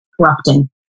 corrupting